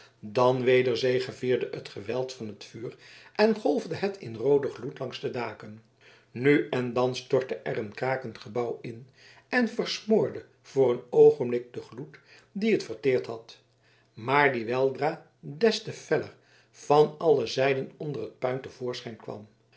dan weder zegevierde het geweld van het vuur en golfde het in rooden gloed langs de daken nu en dan stortte er een krakend gebouw in en versmoorde voor een oogenblik den gloed die het verteerd had maar die weldra des te feller van alle zijden onder het puin te voorschijn kwam